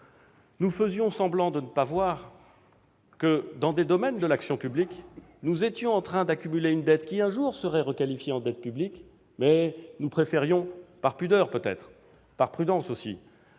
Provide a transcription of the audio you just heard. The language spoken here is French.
nous faisions semblant de ne pas voir que, dans plusieurs domaines de l'action publique, nous étions en train d'accumuler une dette qui serait un jour requalifiée en dette publique. Nous préférions, par pudeur peut-être, par prudence aussi